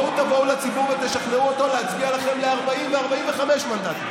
תבואו לציבור ותשכנעו אותו להצביע לכם ב-40 ו-45 מנדטים.